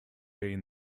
been